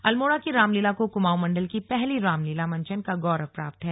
अल्मोड़ा की रामलीला को कुमाऊँ मण्डल की पहली रामलीला मंचन का गौरव प्राप्त है